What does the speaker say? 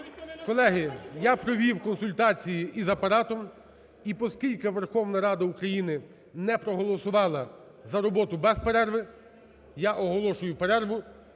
Колеги, я провів консультації з Апаратом. І, оскільки Верховна Рада України не проголосувала за роботу без перерви, я оголошую перерву